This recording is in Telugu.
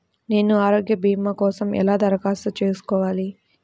నేను ఆరోగ్య భీమా కోసం ఎలా దరఖాస్తు చేసుకోవాలి?